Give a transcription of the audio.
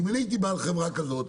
אם אני הייתי בעל חברה כזאת,